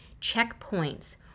checkpoints